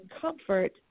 comfort